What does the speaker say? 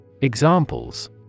Examples